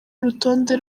urutonde